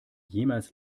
jemals